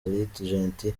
gentil